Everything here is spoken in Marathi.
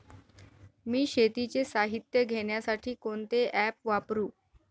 मी शेतीचे साहित्य घेण्यासाठी कोणते ॲप वापरु?